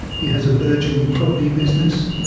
he has a burgeoning property business,